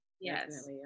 yes